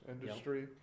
industry